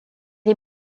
est